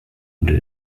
unter